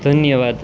ધન્યવાદ